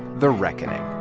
the reckoning